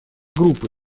группы